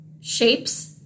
shapes